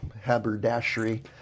haberdashery